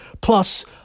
Plus